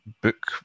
book